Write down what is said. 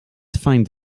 find